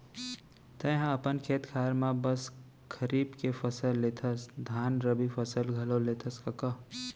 तैंहा अपन खेत खार म बस खरीफ के फसल लेथस धन रबि फसल घलौ लेथस कका?